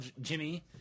jimmy